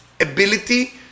ability